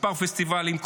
כמה פסטיבלים,